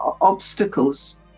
obstacles